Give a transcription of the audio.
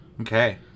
Okay